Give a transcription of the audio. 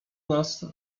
nas